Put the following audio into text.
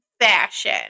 Fashion